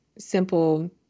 simple